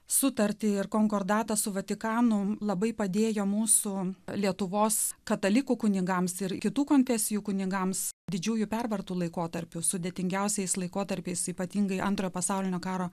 sutartį ir konkordatą su vatikano labai padėjo mūsų lietuvos katalikų kunigams ir kitų konfesijų kunigams didžiųjų pervartų laikotarpiu sudėtingiausiais laikotarpiais ypatingai antrojo pasaulinio karo